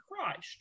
Christ